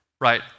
Right